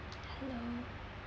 hello